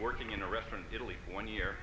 working in a restaurant italy one year